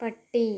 പട്ടി